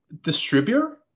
Distributor